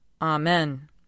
Amen